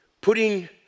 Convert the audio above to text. putting